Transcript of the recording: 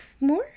more